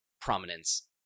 prominence